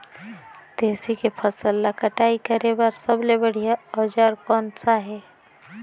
तेसी के फसल ला कटाई करे बार सबले बढ़िया औजार कोन सा हे?